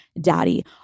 daddy